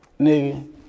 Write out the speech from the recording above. nigga